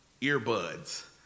earbuds